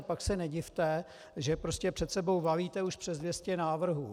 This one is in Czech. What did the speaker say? Pak se nedivte, že prostě před sebou valíte už přes 200 návrhů.